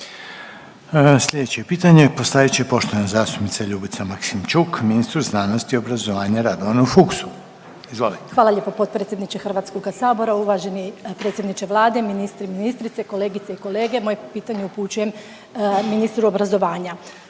Slijedeće pitanje postavit će poštovana zastupnica Ljubica Maksimčuk ministru znanosti i obrazovanja Radovanu Fuchsu. Izvolite. **Maksimčuk, Ljubica (HDZ)** Hvala lijepo potpredsjedniče Hrvatskoga sabora. Uvaženi predsjedniče Vlade, ministri i ministrice, kolegice i kolege moje pitanje upućujem ministru obrazovanja.